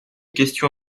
question